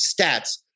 stats